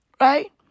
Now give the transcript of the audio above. right